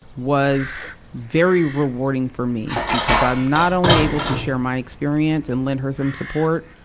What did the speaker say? was very rewarding for me, because i'm not only able to share my experience and lend her some support,